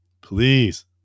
please